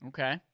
Okay